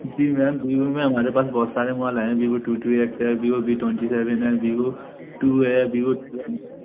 जी ma'am Vivo में हमारे पास बहुत सारे मोबाइल हैं वीवो टू टू एक्स है वीवो वी ट्वेंटी सेवन है वीवो टू है वीवो